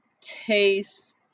taste